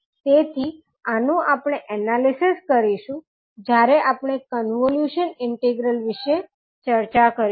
તેથી આનું આપણે એનાલિસિસ કરીશું જ્યારે આપણે કોન્વોલ્યુશન ઇન્ટિગ્રલ વિશે ચર્ચા કરીશું